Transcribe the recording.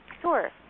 Sure